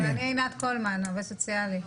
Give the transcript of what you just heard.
ואני עינת קולמן, עובדת סוציאלית.